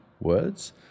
words